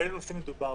באלו נושאים מדובר?